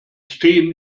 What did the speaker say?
stehen